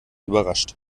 überrascht